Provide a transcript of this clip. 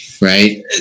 Right